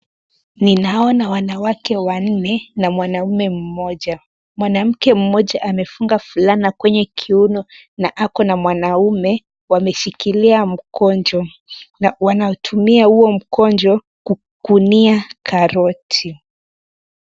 Ninaona wanawake wanne na mwanaume mmoja. Mwanamke mmoja amefunga fulana kwenye kiuno na ako na mwanaume wameshikilia mkonjo na wanatumia huo mkonjo kukunia karoti.